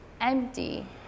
empty